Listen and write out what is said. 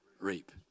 reap